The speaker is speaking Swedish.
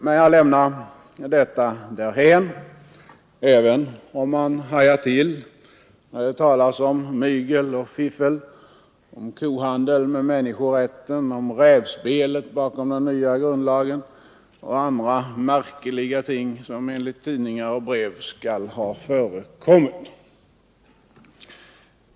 Men jag lämnar detta därhän, även om man hajar till när det talas om mygel och fiffel, om kohandel med människorätten, om rävspelet bakom den nya grundlagen och andra märkeliga ting, som enligt tidningar och brev skall ha förekommit.